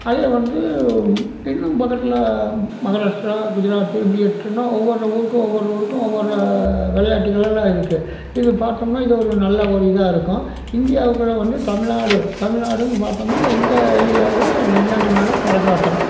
அதே வந்து இன்னும் பக்கத்தில் மகாராஷ்ட்ரா குஜராத்து இப்படி எடுத்தோம்னா ஒவ்வொரு ஊருக்கும் ஒவ்வொரு ஊருக்கும் ஒவ்வொரு விளையாட்டுகள்லாம் இருக்கு இது பார்த்தோம்னா இதை ஒரு நல்ல ஒரு இதாக இருக்கும் இந்தியாவுக்குள்ளே வந்து தமிழ்நாடு தமிழ்நாடுன்னு பார்த்தோம்னா எங்கள் ஏரியாவில் நையாண்டி மேளம் கரகாட்டம்